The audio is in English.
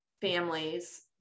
families